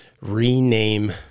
rename